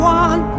one